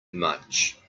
much